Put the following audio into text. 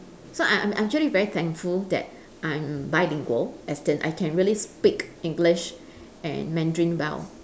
so I'm I'm I'm actually very thankful that I'm bilingual as in I can really speak english and mandarin well